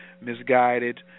misguided